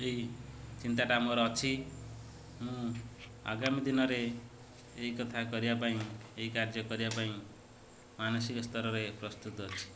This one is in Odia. ଏହି ଚିନ୍ତାଟା ମୋର ଅଛି ମୁଁ ଆଗାମୀ ଦିନରେ ଏହି କଥା କରିବା ପାଇଁ ଏହି କାର୍ଯ୍ୟ କରିବା ପାଇଁ ମାନସିକ ସ୍ତରରେ ପ୍ରସ୍ତୁତ ଅଛି